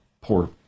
poor